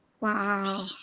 Wow